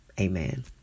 Amen